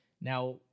Now